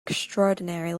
extraordinary